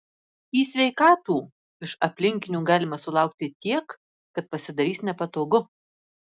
į sveikatų iš aplinkinių galima sulaukti tiek kad pasidarys nepatogu